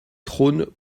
trônes